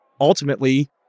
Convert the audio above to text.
ultimately